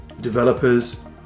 developers